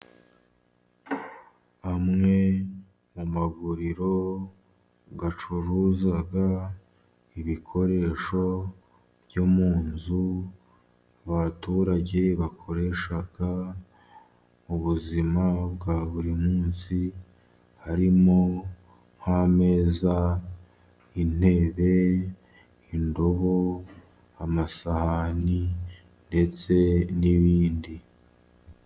Amwe mu maguriro acuruza ibikoresho byo mu nzu, abaturage bakoresha mu buzima bwa buri munsi, harimo: nk'ameza, intebe, indobo, amasahani, ndetse n'ibindi.